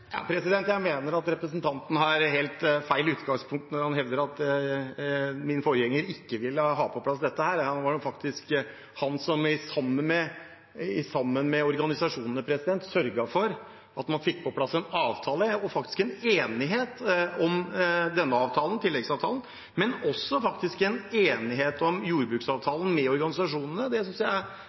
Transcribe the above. Jeg mener at representanten har helt feil utgangspunkt når han hevder at min forgjenger ikke ville ha på plass dette. Det var faktisk han som, sammen med organisasjonene, sørget for at man fikk på plass en avtale – ja, for at det faktisk ble enighet om denne avtalen, tilleggsavtalen, og også enighet om jordbruksavtalen med organisasjonene. Det synes jeg